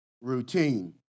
routine